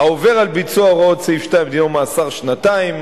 העובר על ביצוע הוראות סעיף (2) דינו מאסר שנתיים.